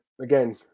again